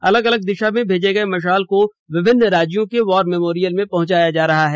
अलग अलग दिशा में भेजे गए मशाल को विभिन्न राज्यों के वॉर मेमोरियल में पहुंचाया जा रहा है